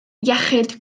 iechyd